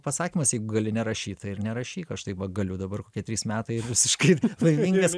pasakymas jeigu gali nerašyt nerašyk aš taip va galiu dabar kokie trys metai visiškai laimingas